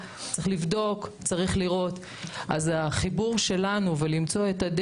צריך לבדוק את זה.״ אז החיבור שלנו נוצר על מנת למצוא את